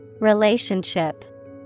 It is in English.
Relationship